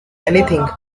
anything